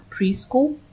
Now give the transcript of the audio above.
preschool